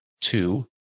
two